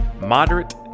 moderate